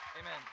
Amen